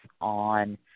on